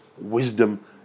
wisdom